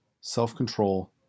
self-control